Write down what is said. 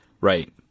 Right